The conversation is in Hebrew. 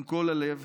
מכל הלב,